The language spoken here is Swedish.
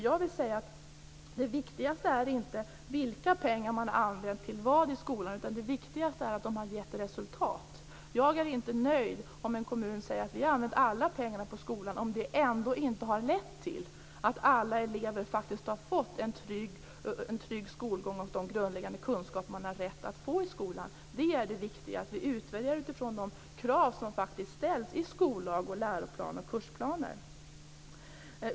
Jag vill dock säga att det viktigaste inte är vilka pengar man har använt till vad i skolan. Det viktigaste är att pengarna har givit resultat. Jag är inte nöjd om man i en kommun säger att man har använt alla pengar till skolan om detta ändå inte har lett till att alla elever har fått den trygga skolgång och de grundläggande kunskaper de har rätt till. Det är det viktiga; att vi utvärderar utifrån de krav som faktiskt ställs i skollag, läroplan och kursplaner.